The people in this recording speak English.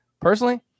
personally